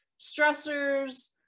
stressors